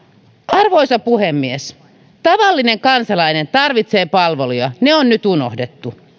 arvoisa puhemies tavallinen kansalainen tarvitsee palveluja ne on nyt unohdettu